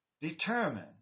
determine